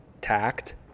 tact